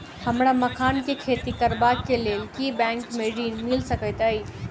हमरा मखान केँ खेती करबाक केँ लेल की बैंक मै ऋण मिल सकैत अई?